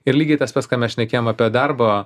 ir lygiai tas pats ką mes šnekėjom apie darbo